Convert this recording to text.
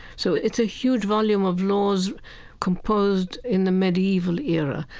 so it's a huge volume of laws composed in the medieval era.